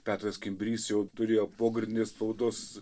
petras kimbrys jau turėjo pogrindinės spaudos